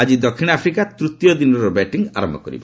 ଆଜି ଦକ୍ଷିଣ ଆଫ୍ରିକା ତୂତୀୟ ଦିନର ବ୍ୟାଟିଂ ଆରମ୍ଭ କରିବ